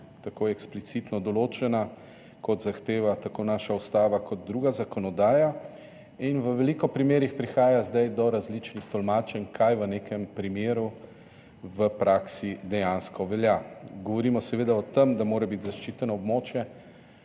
tako eksplicitno določena, kot zahteva to naša ustava in druga zakonodaja, in v veliko primerih prihaja zdaj do različnih tolmačenj, kaj v nekem primeru v praksi dejansko velja. Govorimo seveda o tem, da mora biti zaščiteno območje